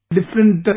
different